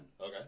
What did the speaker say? Okay